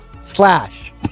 slash